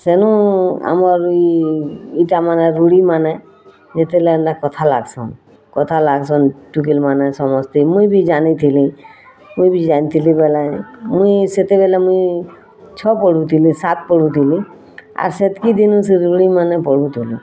ସେନୁ ଆମର୍ ଇ ଇଟା ମନେ ରୂଢ଼ି ମାନେ ଯେତେବେଲେ ଏନ୍ତା କଥା ଲାଗସନ୍ କଥା ଲାଗସନ୍ ଟୁକେଲ୍ ମାନେ ସମସ୍ତେ ମୁଇଁ ବି ଯାନିଥିଲିଁ ମୁଇଁ ବି ଯାନିଥିଲିଁ ବେଲେ ମୁଇଁ ସେତେବେଳେ ମୁଇଁ ଛ ପଢ଼ୁଥିଲି ସାତ୍ ପଢ଼ୁଥିଲିଁ ଆର୍ ସେତକି ଦିନୁ ସେ ରୂଢ଼ି ମାନେ ପଢ଼ୁଥିଲୁଁ